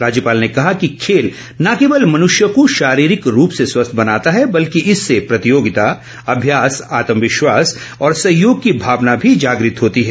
राज्यपाल ने कहा कि खेल न केवल मनुष्य को शारीरिक रूप से स्वस्थ बनाता है बल्कि इससे प्रतियोगिता अभ्यास आत्म विश्वास और सहयोग की भावना भी जागृत होती है